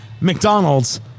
McDonald's